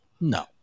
No